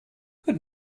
good